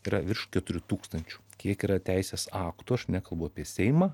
yra virš keturių tūkstančių kiek yra teisės aktų aš nekalbu apie seimą